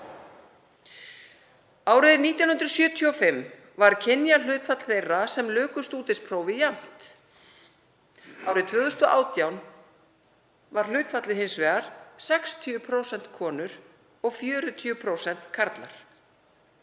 Árið 1975 var kynjahlutfall þeirra sem luku stúdentsprófi jafnt. Árið 2018 var hlutfallið hins vegar 60% konur og 40% karlar.